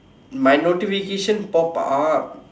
my notification pop up